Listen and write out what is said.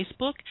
Facebook